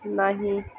नाही